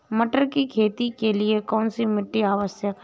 मटर की खेती के लिए कौन सी मिट्टी आवश्यक है?